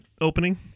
opening